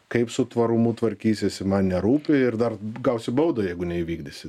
kaip su tvarumu tvarkysiesi man nerūpi ir dar gausi baudą jeigu neįvykdysi